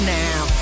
now